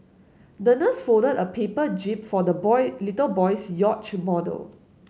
the nurse folded a paper jib for the boy little boy's yacht model